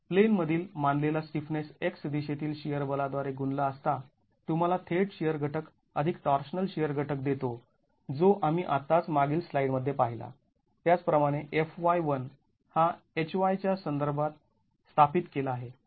plain मधील मानलेला stiffness x दिशेतील शिअर बला द्वारे गुणला असता तुम्हाला थेट शिअर घटक अधिक टॉर्शनल शिअर घटक देतो जो आम्ही आत्ताच मागील स्लाईडमध्ये पाहिला त्याचप्रमाणे Fy1 हा Hy च्या संदर्भात स्थापित केला आहे